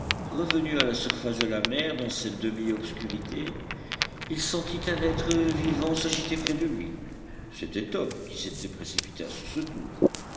revenu à la surface de la mer dans cette demi-obscurité il sentit un être vivant s'agiter près de lui c'était top qui s'était précipité à son secours